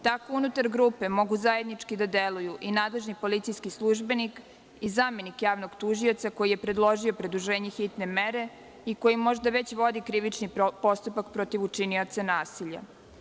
Tako da unutar grupe mogu zajednički da deluju i nadležni policijski službenik i zamenik javnog tužioca, koji je predložio produženje hitne mere i koji možda već vodi krivični postupak protiv učinioca nasilja.